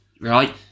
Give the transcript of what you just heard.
right